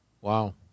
Wow